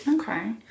okay